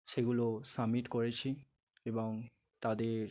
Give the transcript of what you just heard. সেগুলো সাবমিট করেছি এবং তাদের